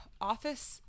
office